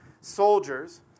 soldiers